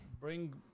bring